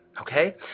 Okay